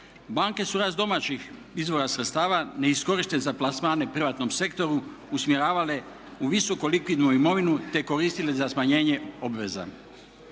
Banke su rast domaćih izvora sredstava neiskorišten za plasmane u privatnom sektoru usmjeravale u visoko likvidnu imovinu te koristile za smanjenje obveza.